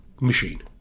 machine